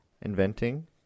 Inventing